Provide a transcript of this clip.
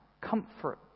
comfort